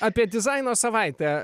apie dizaino savaitę